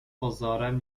pozorem